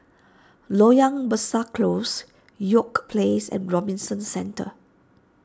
Loyang Besar Close York Place and Robinson Centre